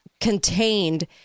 contained